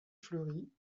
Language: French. fleurie